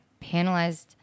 panelized